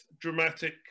dramatic